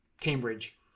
Cambridge